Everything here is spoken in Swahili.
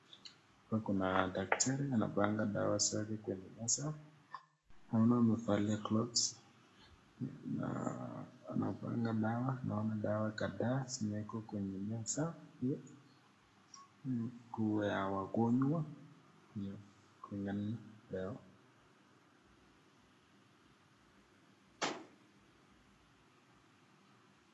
Huku kuna daktari anapanga dawa zake kwenye meza. Naona amevalia gloves , na anapanga dawa. Naona dawa kadhaa zimewekwa kwenye meza kwa wagonjwa, hiyo kulingana na dawa.